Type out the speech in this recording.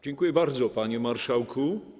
Dziękuję bardzo, panie marszałku.